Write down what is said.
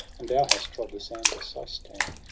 and thou hast trod the sands of seistan,